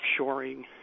offshoring